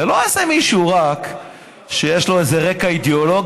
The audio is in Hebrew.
זה לא רק איזה מישהו שיש לו איזה רקע אידיאולוגי,